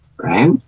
Right